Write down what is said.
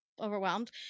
overwhelmed